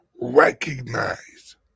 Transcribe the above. recognize